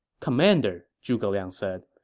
commander, zhuge liang said,